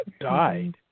Died